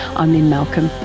i'm lynne malcolm,